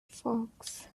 folks